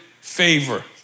favor